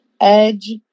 Edge